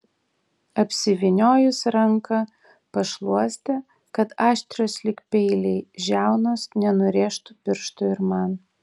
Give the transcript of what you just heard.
apsivyniojus ranką pašluoste kad aštrios lyg peiliai žiaunos nenurėžtų pirštų ir man